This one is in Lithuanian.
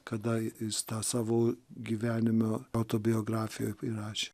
kada jis tą savo gyvenime autobiografijoj įrašė